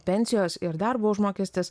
pensijos ir darbo užmokestis